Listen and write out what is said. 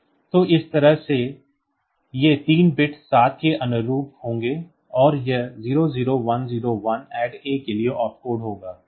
तो इस तरह ये 3 बिट्स 7 के अनुरूप होंगे और यह 00101 ADD A के लिए op कोड होगा